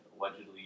allegedly